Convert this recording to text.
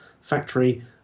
factory